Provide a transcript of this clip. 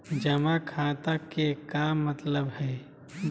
जमा खाता के का मतलब हई?